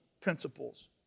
principles